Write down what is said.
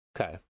okay